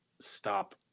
stop